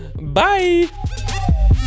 bye